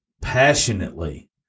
passionately